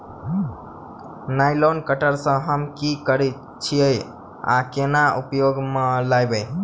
Nylon cutter सँ हम की करै छीयै आ केना उपयोग म लाबबै?